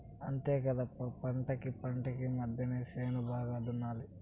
అంతేకాదప్ప పంటకీ పంటకీ మద్దెన చేను బాగా దున్నాలి